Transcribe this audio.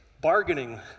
bargaining